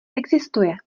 existuje